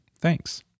Thanks